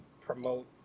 promote